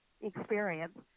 experience